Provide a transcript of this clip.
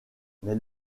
mais